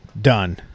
done